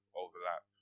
overlap